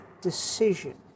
decision